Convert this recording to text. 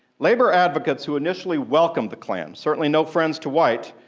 labor advocates who initially welcomed the klan, certainly no friends to white,